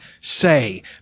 say